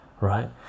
right